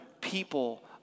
people